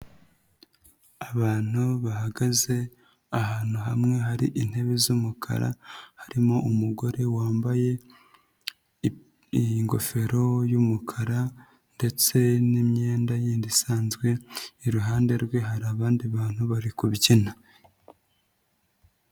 Abantu bahagaze ahantu hamwe hari intebe z'umukara harimo umugore wambaye ingofero y'umukara ndetse n'imyenda y'indi isanzwe iruhande rwe hari abandi bantu bari kubyina.